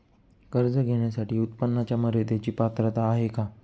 कर्ज घेण्यासाठी उत्पन्नाच्या मर्यदेची पात्रता आहे का?